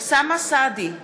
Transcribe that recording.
אוסאמה סעדי,